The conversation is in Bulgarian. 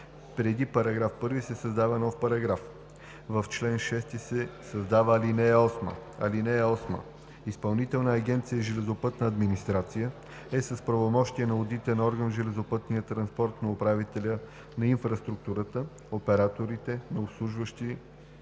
„Преди § 1 се създава нов §…:§... В чл. 6 се създава ал. 8: „(8) Изпълнителната агенция „Железопътна администрация“ е с правомощия на одитен орган в железопътния транспорт на управителя на инфраструктурата, операторите на обслужващи